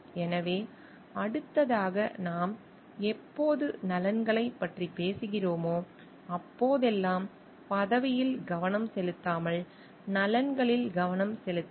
எனவே அடுத்ததாக நாம் எப்போது நலன்களைப் பற்றி பேசுகிறோமோ அப்போதெல்லாம் பதவியில் கவனம் செலுத்தாமல் நலன்களில் கவனம் செலுத்துங்கள்